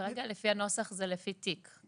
כרגע לפי הנוסח זה לפי תיק,